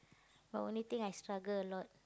the only thing I struggle a lot